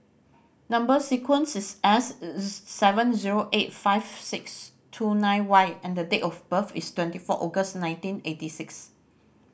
number sequence is S seven zero eight five six two nine Y and date of birth is twenty four August nineteen eighty six